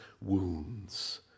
wounds